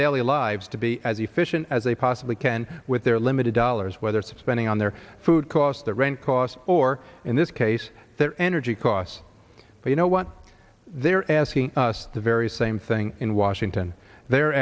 daily lives to be as efficient as they possibly can with their limited dollars whether spending on their food costs their rent costs or in this case their energy costs you know what they're asking us the very same thing in washington they're